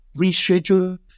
reschedule